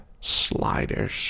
sliders